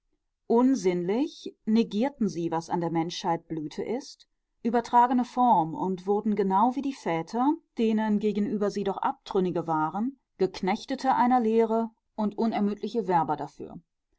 unsinnlich negierten sie was an der menschheit blüte ist übertragene form und wurden genau wie die väter denen gegenüber sie doch abtrünnige waren geknechtete einer lehre und unermüdliche werber dafür